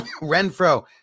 Renfro